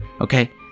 okay